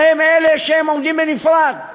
והם אלה שעומדים בנפרד.